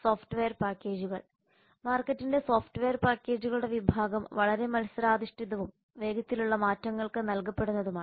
software പാക്കേജുകൾ മാർക്കറ്റിന്റെ software പാക്കേജുകളുടെ വിഭാഗം വളരെ മത്സരാധിഷ്ഠിതവും വേഗത്തിലുള്ള മാറ്റങ്ങൾക്ക് നൽകപ്പെടുന്നതുമാണ്